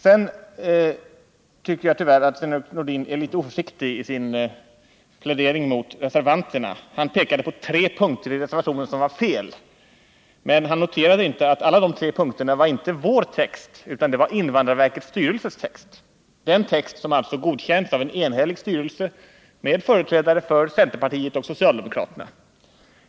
Sven-Erik Nordin var tyvärr litet oförsiktig i sin plädering mot reservanterna. Han pekade på tre punkter i reservationen som var felaktiga. Men han noterade inte att alla de tre punkterna inte var vår text utan invandrarverkets styrelses text. Den texten har alltså godkänts av en enhällig styrelse, med företrädare för centerpartiet och socialdemokraterna.